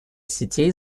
сетей